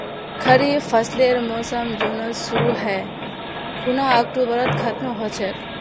खरीफ फसलेर मोसम जुनत शुरु है खूना अक्टूबरत खत्म ह छेक